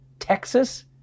Texas